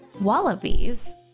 wallabies